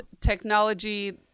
technology